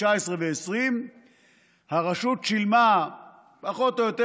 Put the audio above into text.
2019 ו-2020 הרשות שילמה פחות או יותר